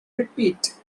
repeat